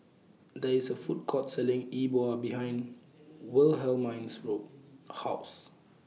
There IS A Food Court Selling E Bua behind Wilhelmine's Road House